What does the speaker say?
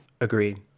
Agreed